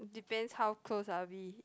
depends how close are we